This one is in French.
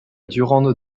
durande